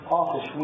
office